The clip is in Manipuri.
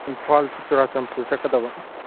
ꯏꯝꯐꯥꯜ ꯇꯨ ꯆꯨꯔꯥꯆꯥꯟꯄꯨꯔ ꯆꯠꯀꯗꯕ